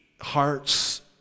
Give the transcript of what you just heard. hearts